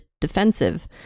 defensive